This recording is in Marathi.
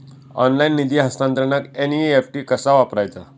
ऑनलाइन निधी हस्तांतरणाक एन.ई.एफ.टी कसा वापरायचा?